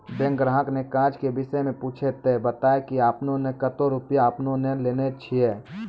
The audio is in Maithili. बैंक ग्राहक ने काज के विषय मे पुछे ते बता की आपने ने कतो रुपिया आपने ने लेने छिए?